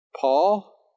Paul